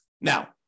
Now